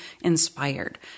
inspired